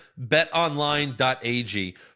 betonline.ag